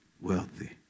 wealthy